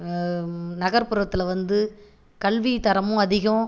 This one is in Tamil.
நகர்புறத்தில் வந்து கல்வி தரமும் அதிகோம்